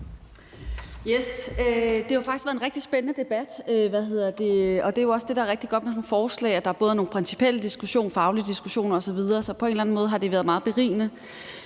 faktisk været en rigtig spændende debat, og det er jo også det, der er rigtig godt med sådan nogle forslag, altså at der både er nogle principielle diskussioner, faglige diskussioner osv. Så på en eller anden måde har det været meget berigende.